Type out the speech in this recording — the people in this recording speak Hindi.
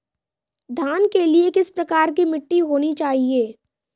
धान के लिए किस प्रकार की मिट्टी होनी चाहिए?